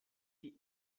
die